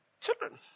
Children